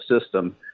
system